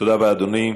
תודה רבה, אדוני.